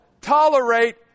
tolerate